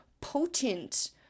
potent